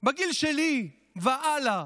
בגיל שלי והלאה,